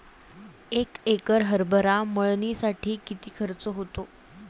एक एकर हरभरा मळणीसाठी किती खर्च होतो?